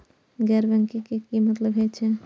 गैर बैंकिंग के की मतलब हे छे?